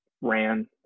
ran